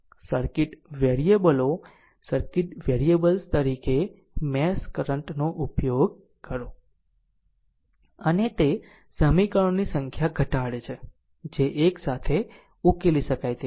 circuit વેરીએબલો circuit variables તરીકે mesh current નો ઉપયોગ કરો અને તે સમીકરણોની સંખ્યા ઘટાડે છે જે એક સાથે ઉકેલી શકાય તેવું છે